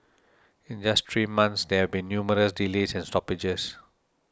in just three months there have been numerous delays and stoppages